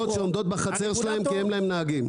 שעומדות בחצר שלהם כי אין להם נהגים.